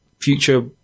future